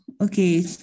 okay